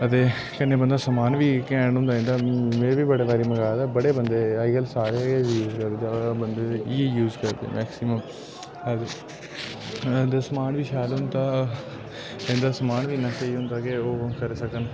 ते कन्नै बंदा समान बी कैंट होंदा इं'दा में बी बड़े बारी मंगाए दा बड़े बंदे अज्ज्कल सारे बंदे इ'यै यूज़ करदे मैक्सिमम अ ते समान बी शैल होंदा इं'दा समान बी इ'न्ना स्हेई होंदा की ओह् करी सकन